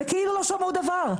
וכאילו לא שמעו דבר.